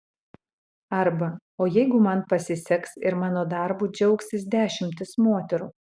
arba o jeigu man pasiseks ir mano darbu džiaugsis dešimtys moterų